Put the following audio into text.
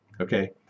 Okay